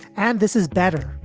and this is better.